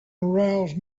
arouse